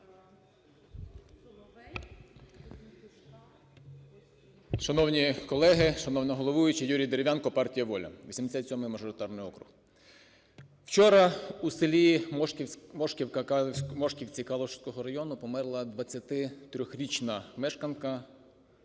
Шановні колеги, шановна головуюча! Юрій Дерев'янко, партія "Воля", 87 мажоритарний округ. Вчора в селі Мошківці Калуського району померла 23-річна мешканка